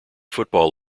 football